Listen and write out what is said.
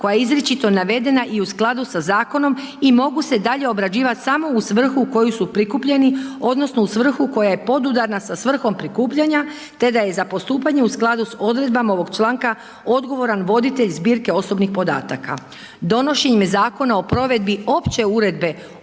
koja je izričito navedena i u skladu sa zakonom i mogu se dalje obrađivat samo u svrhu u koju su prikupljeni odnosno u svrhu koja je podudarna sa svrhom prikupljanja te da je za postupanje u skladu s odredbama ovog članka odgovoran voditelj zbirke osobnih podataka. Donošenjem Zakona o provedbi opće uredbe o